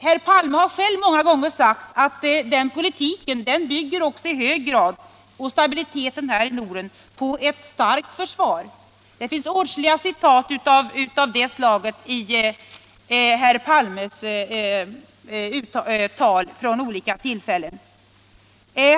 Herr Palme har själv många gånger sagt att den politiken och stabiliteten i Norden i hög grad bygger på ett starkt försvar. Jag skulle kunna citera många uttalanden av det slaget ur herr Palmes tal vid olika tillfällen.